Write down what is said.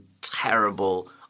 terrible